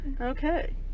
Okay